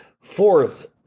Fourth